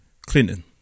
Clinton